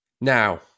Now